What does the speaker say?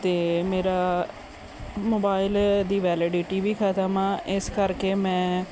ਅਤੇ ਮੇਰਾ ਮੋਬਾਈਲ ਦੀ ਵੈਲਿਡਿਟੀ ਵੀ ਖ਼ਤਮ ਆ ਇਸ ਕਰਕੇ ਮੈਂ